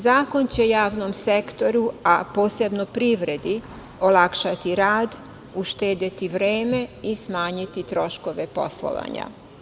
Zakon će javnom sektoru, a posebno privredi olakšati rad, uštedeti vreme i smanjiti troškove poslovanja.